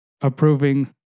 approving